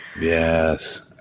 Yes